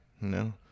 No